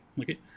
Okay